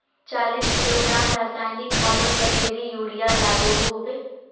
चालीस किलोग्राम रासायनिक खादोत कतेरी यूरिया लागोहो होबे?